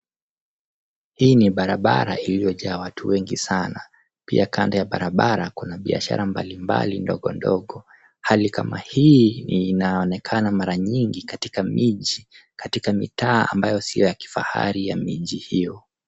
Hii ni barabara iliyojaa watu wengi sana pia kando ya barabara kuna biashara mbalimbali ndogondogo. Hali kama hii inaonekana mara nyingi katika miji katika mitaa isiyo ya kifahari ya miji hiyo.